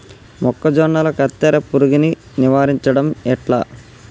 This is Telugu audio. మొక్కజొన్నల కత్తెర పురుగుని నివారించడం ఎట్లా?